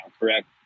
correct